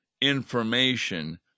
information